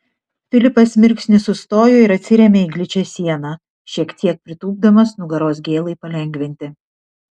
filipas mirksnį sustojo ir atsirėmė į gličią sieną šiek tiek pritūpdamas nugaros gėlai palengvinti